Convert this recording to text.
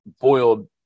boiled